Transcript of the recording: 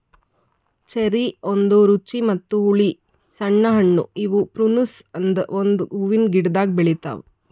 cherry ಒಂದ್ ರುಚಿ ಮತ್ತ ಹುಳಿ ಸಣ್ಣ ಹಣ್ಣು ಇವು ಪ್ರುನುಸ್ ಅನದ್ ಒಂದು ಹೂವಿನ ಗಿಡ್ದಾಗ್ ಬೆಳಿತಾವ್